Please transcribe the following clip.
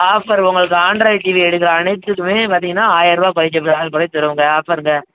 offer உங்களுக்கு Android TV எடுக்கிற அனைத்துக்குமே பார்த்தீங்கன்னா ஆயிரம் ருபா குறைக்கறது குறைச்சித் தருவோங்க ஆஃபருங்க